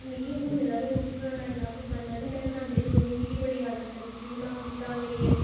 मिगी हूनै दा गै रुट्टी बनाना इन्ना पसंद ऐ ते में बनांदी रौह्नी मिगी बड़ी आदत ऐ रुट्टी बनान दी तां करियै